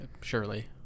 Surely